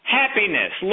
happiness